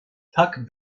tak